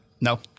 No